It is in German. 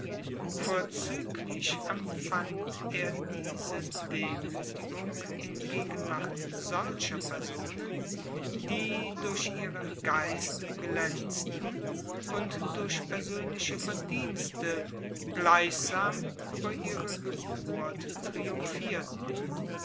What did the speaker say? vorzüglich empfand er diese demütigung in gegenwart solcher personen die durch ihren geist glänzten und durch persönliche verdienste gleichsam über ihre geburt triumphierten